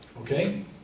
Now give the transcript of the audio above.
okay